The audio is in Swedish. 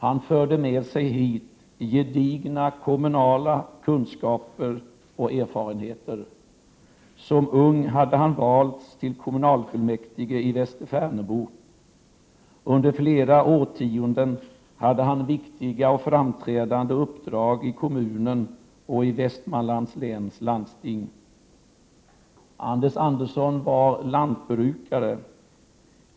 Han förde med sig hit gedigna kommunala kunskaper och erfarenheter. Som ung hade han valts till kommunalfullmäktigei Västerfärnebo. Under flera årtionden hade han viktiga och framträdande uppdrag i kommunen och i Västmanlands läns landsting. Anders Andersson var lantbrukare.